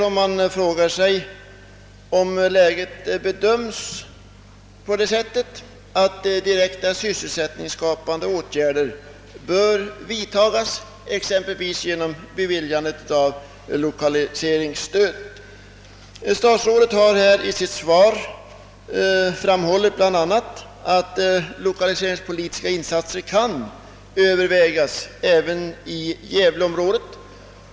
Man frågar sig därför om läget bedömes sådant att direkta sysselsättningsskapande åtgärder bör vidtagas, exempelvis genom beviljandet av lokaliseringsstöd. Herr statsrådet har i sitt svar bl.a. framhållit att lokaliseringspolitiska insatser kan övervägas även i gävleområdet.